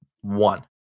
one